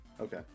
Okay